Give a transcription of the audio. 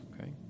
Okay